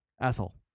Asshole